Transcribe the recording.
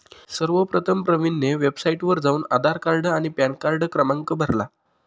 सर्वप्रथम प्रवीणने वेबसाइटवर जाऊन आधार कार्ड आणि पॅनकार्ड क्रमांक भरला